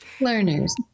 Learners